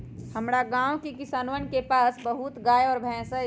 हमरा गाँव के किसानवन के पास बहुत गाय और भैंस हई